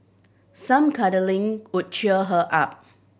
some cuddling could cheer her up